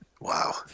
Wow